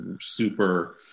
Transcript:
super